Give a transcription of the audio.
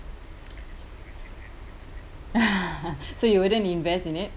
so you wouldn't invest in it